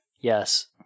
Yes